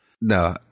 No